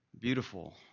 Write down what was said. beautiful